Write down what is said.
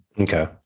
Okay